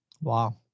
Wow